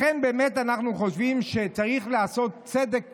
לכן אנחנו חושבים שצריך לעשות צדק